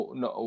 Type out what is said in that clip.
no